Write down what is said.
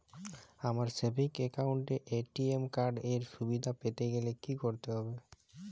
আমার savings account এ ATM card এর সুবিধা পেতে গেলে কি করতে হবে?